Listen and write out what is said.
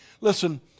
listen